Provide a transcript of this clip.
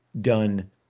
done